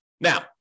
Now